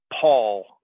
paul